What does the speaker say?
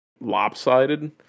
lopsided